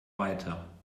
weiter